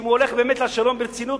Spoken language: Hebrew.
שאם הוא הולך באמת לשלום ברצינות,